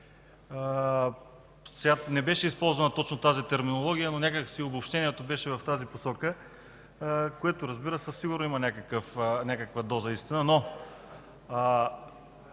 Не беше използвана точно тази терминология, но някак си обобщението беше в тази посока, в което разбира се, сигурно има някаква доза истина.